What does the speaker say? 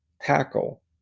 tackle